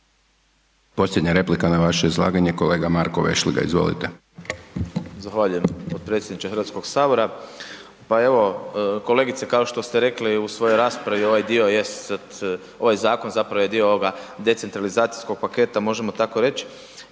Posljednja replika na vaše izlaganje, kolega Marko Vešligaj, izvolite. **Vešligaj, Marko (SDP)** Zahvaljujem potpredsjedniče HS. Pa evo, kolegice kao što ste rekli u svojoj raspravi, ovaj dio jest, ovaj zakon zapravo je dio ovoga decentralizacijskog paketa, možemo tako reć